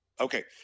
Okay